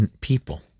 people